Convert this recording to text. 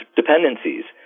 dependencies